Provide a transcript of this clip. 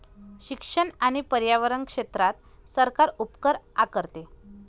शिक्षण आणि पर्यावरण क्षेत्रात सरकार उपकर आकारते